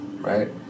Right